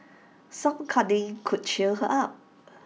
some cuddling could cheer her up